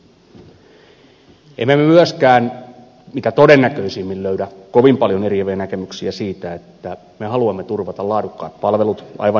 emme me myöskään mitä todennäköisimmin löydä kovin paljon eriäviä näkemyksiä siitä että me haluamme turvata laadukkaat palvelut aivan niin kuin hallitus sanoo